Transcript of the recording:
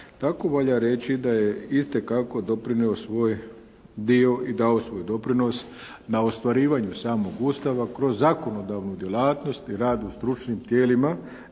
Tako valja reći da je itekako doprinjeo svoj dio i dao svoj doprinos na ostvarivanju samog Ustava kroz zakonodavnu djelatnost i rad u stručnim tijelima,